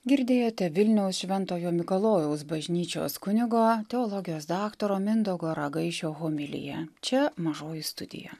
girdėjote vilniaus šventojo mikalojaus bažnyčios kunigo teologijos daktaro mindaugo ragaišio homiliją čia mažoji studija